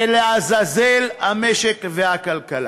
ולעזאזל המשק והכלכלה.